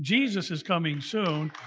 jesus is coming soon.